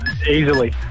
Easily